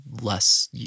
less